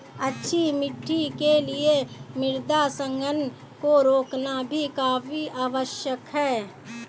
अच्छी मिट्टी के लिए मृदा संघनन को रोकना भी काफी आवश्यक है